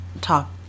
talk